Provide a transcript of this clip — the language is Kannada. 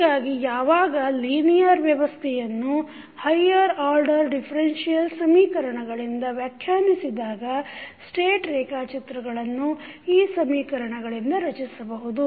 ಹೀಗಾಗಿ ಯಾವಾಗ ಲಿನಿಯರ್ ವ್ಯವಸ್ಥೆಯನ್ನು ಹೈಯರ್ ಆರ್ಡರ್ ಡಿಫರೆನ್ಷಿಯಲ್ ಸಮೀಕರಣಗಳಿಂದ ವ್ಯಾಖ್ಯಾನಿಸಿದಾಗ ಸ್ಟೇಟ್ ರೇಖಾಚಿತ್ರಗಳನ್ನು ಈ ಸಮೀಕರಣಗಳಿಂದ ರಚಿಸಬಹುದು